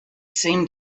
seemed